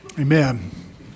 Amen